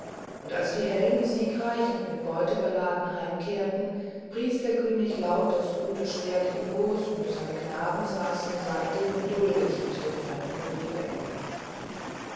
und als die helden siegreich und mit beute beladen heimkehrten pries der könig laut das gute schwert ingos und seine knaben saßen seitdem geduldig mit den fremden um die bänke